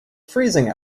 freezing